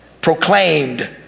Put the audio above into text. proclaimed